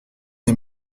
les